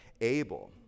Abel